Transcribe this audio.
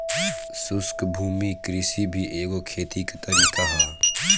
शुष्क भूमि कृषि भी एगो खेती के तरीका ह